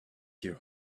you